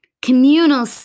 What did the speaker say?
Communal